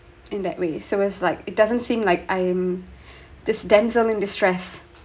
in that way so it's like it doesn't seem like I am I am this damsel in distress